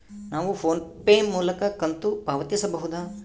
ನಾವು PhonePe ಮೂಲಕ ಕಂತು ಪಾವತಿಸಬಹುದಾ?